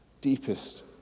deepest